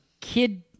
kid